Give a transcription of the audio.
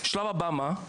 השלב הבא מה?